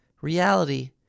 reality